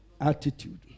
attitude